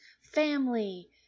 family